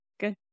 good